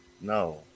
no